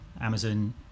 Amazon